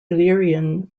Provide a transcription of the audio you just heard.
illyrian